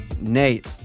Nate